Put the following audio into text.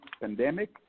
pandemic